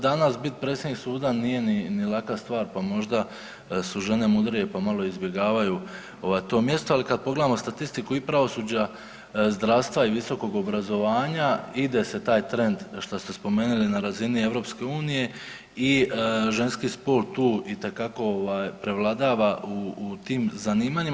Danas bit predsjednik suda nije ni laka stvar pa možda su žene mudrije pa malo izbjegavaju ovaj to mjesto, ali kad pogledamo statistiku i pravosuđa, zdravstva i visokog obrazovanja ide se traj trend šta ste spomenuli na razini EU i ženski spol tu itekako ovaj prevladava u tim zanimanjima.